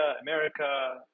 America